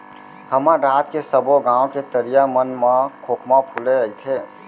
हमर राज के सबो गॉंव के तरिया मन म खोखमा फूले रइथे